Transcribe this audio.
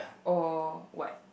or what